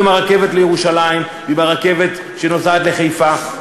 עם הרכבת לירושלים ועם הרכבת שנוסעת לחיפה?